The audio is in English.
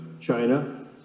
China